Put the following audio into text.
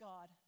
God